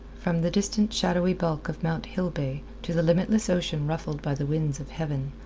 from the distant shadowy bulk of mount hillbay to the limitless ocean ruffled by the winds of heaven.